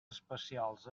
especials